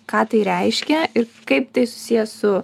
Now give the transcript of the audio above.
ką tai reiškia i kaip tai susiję su